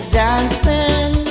dancing